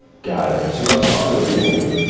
got it, she loves talkin' to people.